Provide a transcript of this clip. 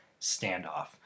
standoff